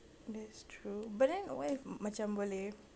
that's true but then what if macam boleh